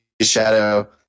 Shadow